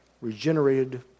regenerated